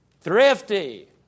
thrifty